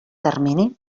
termini